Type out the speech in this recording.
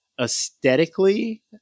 aesthetically